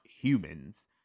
humans